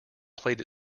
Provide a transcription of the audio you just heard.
played